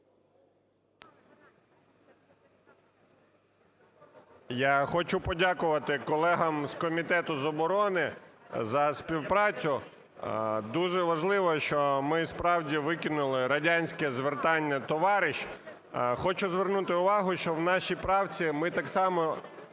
Я хочу подякувати колегам з комітету з оборони за співпрацю. Дуже важливо, що ми справді викинули радянське звертання "товариш". Хочу звернути увагу, що в нашій правці ми так само